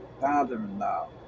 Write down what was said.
father-in-law